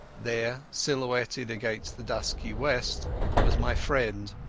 there silhouetted against the dusky west was my friend,